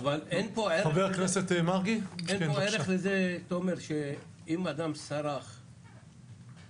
איך זה מתכתב עם החוק של גדעון סער שהיום פורסם